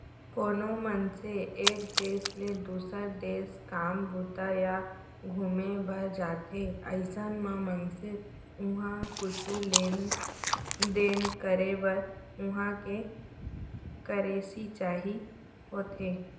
कोनो मनसे एक देस ले दुसर देस काम बूता या घुमे बर जाथे अइसन म मनसे उहाँ कुछु लेन देन करे बर उहां के करेंसी चाही होथे